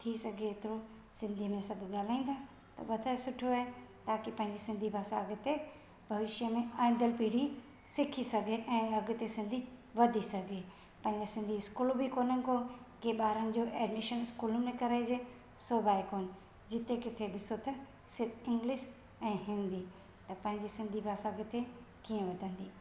थी सघे थो सिंधी में सभु ॻाल्हाईंदा त वधि सुठो आहे ताक़ी पंहिंजी सिंधी भाषा अॻिते भविष्य में इंदड़ु पीढ़ी सिखी सघे ऐं अॻिते सिंधी वधी सघे पंहिंजे सिंधी इस्कूल बि कोन्ह को की ॿारनि जो एडमिशन उन इस्कूल में कराइजे ओ बाए कोनि जिते किथे ॾिसो त सिर्फ इंग्लिश ऐं हिंदी त पंहिंजी सिंधी भाषा अॻिते कीअं वधंदी